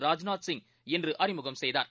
ராஜ்நாத்சிங்இன்றுஅறிமுகம்செய்தார்